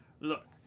Look